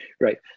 Right